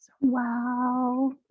Wow